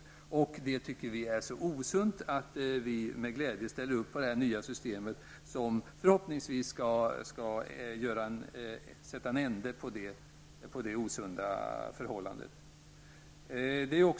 Det tycker vi i miljöpartiet är så osunt att vi med glädje ställer upp på det nya systemet, som förhoppningsvis skall sätta en ände på det osunda förhållandet.